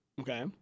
okay